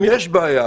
אם יש בעיה,